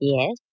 Yes